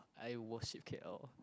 I was in K_L